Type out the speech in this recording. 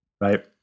right